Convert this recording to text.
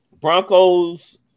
Broncos